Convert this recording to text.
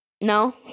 No